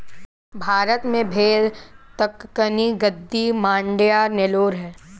भारत में भेड़ दक्कनी, गद्दी, मांड्या, नेलोर है